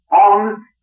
on